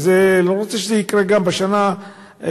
ואני לא רוצה שזה יקרה גם בשנה הבאה,